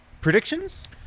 Predictions